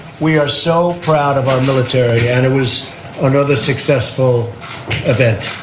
we are so proud of our military and it was another successful event.